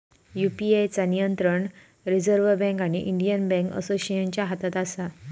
UPI चा नियंत्रण reserve bank आणि इंडियन बॅन्क असोसिएशनच्या हातात असा